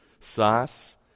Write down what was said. sauce